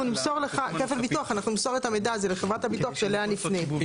נמסור את המידע הזה לחברת הביטוח שאליה נפנה.